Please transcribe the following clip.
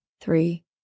three